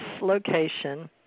location